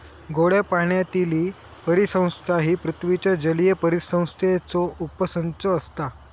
गोड्या पाण्यातीली परिसंस्था ही पृथ्वीच्या जलीय परिसंस्थेचो उपसंच असता